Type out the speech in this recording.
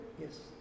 Yes